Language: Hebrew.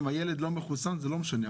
אם הילד לא מחוסן זה לא משנה,